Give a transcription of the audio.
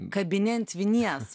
kabini ant vinies